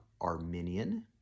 Arminian